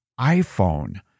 iPhone